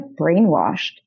brainwashed